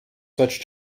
such